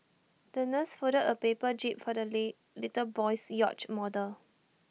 the nurse folded A paper jib for the lit little boy's yacht model